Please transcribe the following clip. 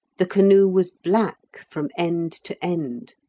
the canoe was black from end to end.